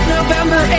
november